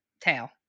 tail